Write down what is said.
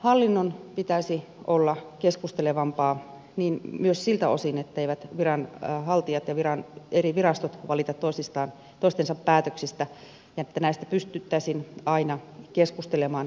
hallinnon pitäisi olla keskustelevampaa myös siltä osin etteivät viranhaltijat ja eri virastot valita toistensa päätöksistä ja että näistä pystyttäisiin aina keskustelemaan etukäteen